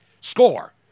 score